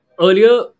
earlier